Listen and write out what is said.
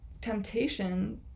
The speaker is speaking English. temptation